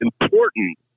important